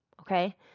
okay